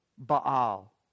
Baal